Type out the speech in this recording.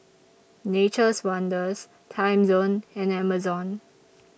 Nature's Wonders Timezone and Amazon